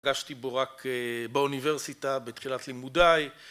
פגשתי בו רק באוניברסיטה בתחילת לימודיי.